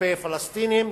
כלפי פלסטינים,